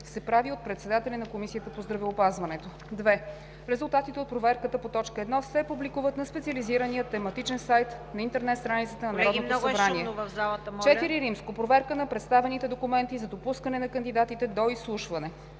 се прави от председателя на Комисията по здравеопазването. 2. Резултатите от проверката по т. 1 се публикуват на специализирания тематичен сайт на интернет страницата на Народното събрание. IV. Проверка на представените документи за допускане на кандидатите до изслушване